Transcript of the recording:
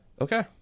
Okay